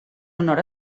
honor